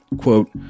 Quote